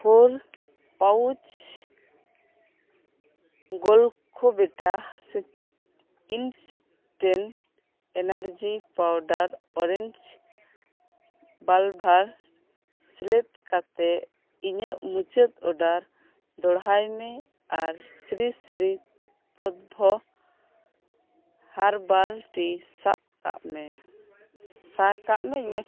four ᱯᱟᱣᱭᱩᱡᱽ ᱜᱳᱞᱠᱳᱵᱮᱴᱟ instant energy powder orange flavour ᱥᱮᱞᱮᱫ ᱠᱟᱛᱮᱫ ᱤᱧᱟᱹᱜ ᱢᱩᱪᱟᱹᱫ ᱚᱨᱰᱟᱨ ᱫᱚᱲᱦᱟᱭ ᱢᱮ ᱟᱨ ᱥᱤᱨᱤ ᱥᱤᱨᱤ ᱴᱚᱴᱵᱷᱚ ᱦᱟᱨᱵᱟᱞ ᱴᱤ ᱥᱟᱵᱽᱠᱟᱜ ᱢᱮ ᱥᱟᱦᱟᱠᱟᱜ ᱢᱮ